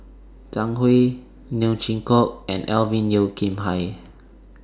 Zhang Hui Neo Chwee Kok and Alvin Yeo Khirn Hai